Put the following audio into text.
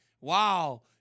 Wow